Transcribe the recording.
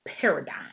paradigm